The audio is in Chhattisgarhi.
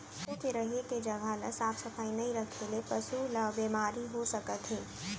पसू के रेहे के जघा ल साफ सफई नइ रखे ले पसु ल बेमारी हो सकत हे